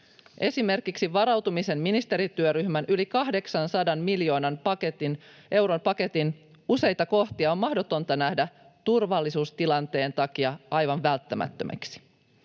Esimerkiksi varautumisen ministerityöryhmän yli 800 miljoonan euron paketin useita kohtia on mahdotonta nähdä turvallisuustilanteen takia aivan välttämättömiksi.